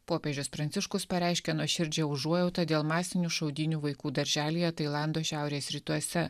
popiežius pranciškus pareiškė nuoširdžią užuojautą dėl masinių šaudynių vaikų darželyje tailando šiaurės rytuose